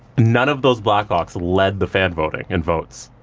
none of those blackhawks led the fan voting in votes.